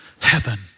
Heaven